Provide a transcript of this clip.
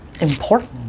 important